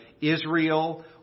Israel